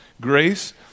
grace